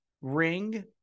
ring